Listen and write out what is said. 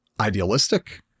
idealistic